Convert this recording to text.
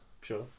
sure